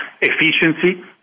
efficiency